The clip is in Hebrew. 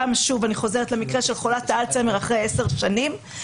שוב אני חוזרת למקרה של חולת האלצהיימר אחרי עשר שנים,